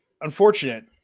unfortunate